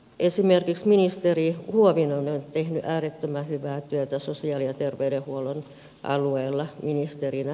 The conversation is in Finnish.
esimerkiksi ministeri huovinen on nyt tehnyt äärettömän hyvää työtä sosiaali ja terveydenhuollon alueella ministerinä